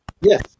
Yes